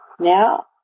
Now